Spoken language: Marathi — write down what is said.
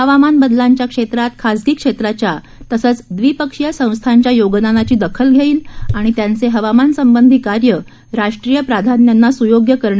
हवामान बदलांच्या क्षेत्रात खासगी क्षेत्राच्या तसेच दवि पक्षीय संस्थांच्या योगदानाची दखल घेईल आणि त्यांचे हवामानसंबंधी कार्य राष्ट्रीय प्राधान्यांना सुयोग्य करण्यासाठी मार्गदर्शन करेल